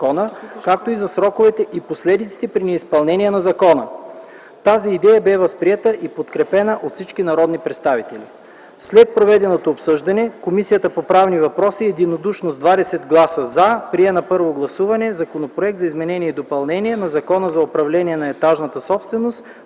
както и за сроковете и последиците при неизпълнение на закона. Тази идея бе възприета и подкрепена от всички народни представители. След проведеното обсъждане Комисията по правни въпроси единодушно с 20 гласа “за” прие на първо гласуване Законопроект за изменение и допълнение на Закона за управление на етажната собственост,